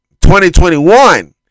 2021